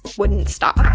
wouldn't stop